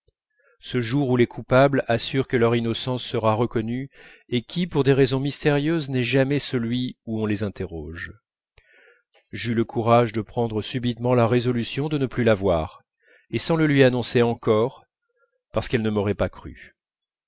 ce jour où les coupables assurent que leur innocence sera reconnue et qui pour des raisons mystérieuses n'est jamais celui où on les interroge j'eus le courage de prendre subitement la résolution de ne plus la voir et sans le lui annoncer encore parce qu'elle ne m'aurait pas cru